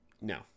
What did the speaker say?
no